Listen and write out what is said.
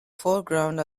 foreground